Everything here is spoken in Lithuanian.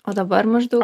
o dabar maždaug